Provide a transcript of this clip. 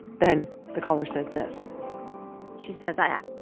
then the caller says this she says, i ah